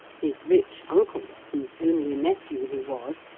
his rich uncle, whose only nephew he was,